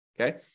Okay